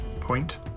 point